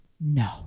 no